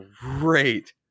great